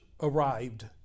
arrived